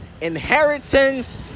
inheritance